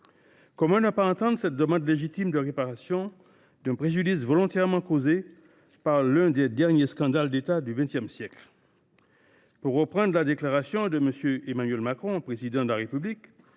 Comment ne pas entendre cette demande légitime de réparation d’un préjudice volontairement causé, dans l’un des derniers scandales d’État du XX siècle ?